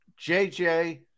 JJ